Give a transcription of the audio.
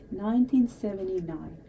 1979